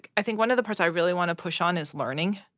i think one of the parts i really wanna push on is learning.